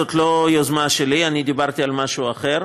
זאת לא יוזמה שלי, אני דיברתי על משהו אחר.